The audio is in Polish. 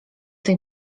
tej